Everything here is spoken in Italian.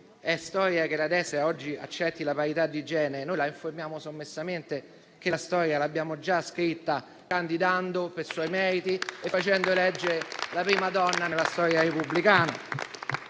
fatto che la destra oggi accetti la parità di genere. La informiamo sommessamente che la storia l'abbiamo già scritta, candidando per suoi meriti e facendo eleggere Presidente del Consiglio la prima donna nella storia repubblicana.